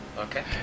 okay